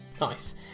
Nice